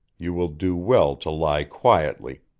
you will do well to lie quietly.